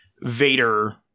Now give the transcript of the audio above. Vader